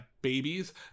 babies